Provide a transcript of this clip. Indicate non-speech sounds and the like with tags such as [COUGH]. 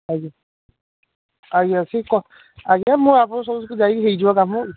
ଆଜ୍ଞା ଆଜ୍ଞା ସେ କ ଆଜ୍ଞା ମୁଁ ଆପଣଙ୍କ [UNINTELLIGIBLE] ଯାଇକି ହେଇଯିବ କାମ ଆଉ